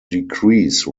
decrease